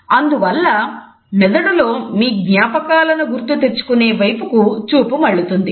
అందువల్ల మెదడులో మీజ్ఞాపకాలను గుర్తుతెచ్చుకునే వైపుకు చూపుమళ్ళుతుంది